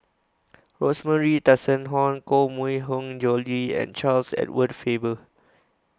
Rosemary Tessensohn Koh Mui Hiang Julie and Charles Edward Faber